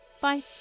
Bye